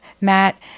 Matt